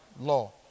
law